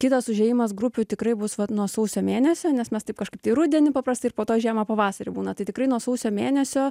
kitas užėjimas grupių tikrai bus vat nuo sausio mėnesio nes mes taip kažkaip tai rudenį paprastai ir po to žiemą pavasarį būna tai tikrai nuo sausio mėnesio